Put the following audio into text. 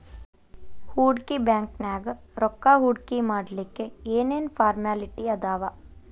ಹೂಡ್ಕಿ ಬ್ಯಾಂಕ್ನ್ಯಾಗ್ ರೊಕ್ಕಾ ಹೂಡ್ಕಿಮಾಡ್ಲಿಕ್ಕೆ ಏನ್ ಏನ್ ಫಾರ್ಮ್ಯಲಿಟಿ ಅದಾವ?